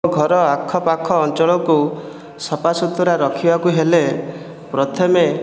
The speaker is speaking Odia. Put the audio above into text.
ଘର ଆଖପାଖ ଅଞ୍ଚଳକୁ ସଫାସୁତୁରା ରଖିବାକୁ ହେଲେ ପ୍ରଥମେ